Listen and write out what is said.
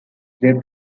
they